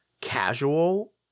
casual